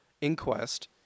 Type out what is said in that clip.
inquest